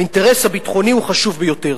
האינטרס הביטחוני הוא חשוב ביותר.